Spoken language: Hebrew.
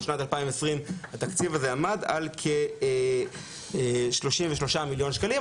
בשנת 2020 התקציב הזה עמד על כ-33 מיליון שקלים.